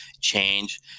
change